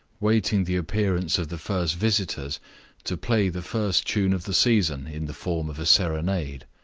waiting the appearance of the first visitors to play the first tune of the season in the form of a serenade.